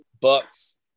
Bucks